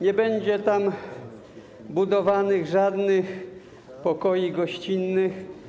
Nie będzie tam budowanych żadnych pokoi gościnnych.